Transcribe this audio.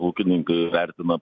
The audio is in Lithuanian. ūkininkai vertina